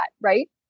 right